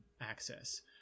access